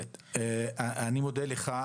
אני מודה לך.